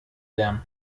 lärm